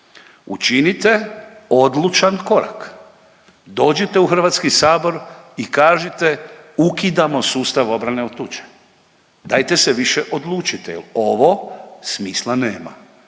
učinite odlučan korak, dođite u HS i kažite ukidamo sustav obrane od tuče, dajte se više odlučite jel ovo smisla nema,